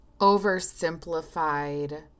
oversimplified